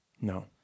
No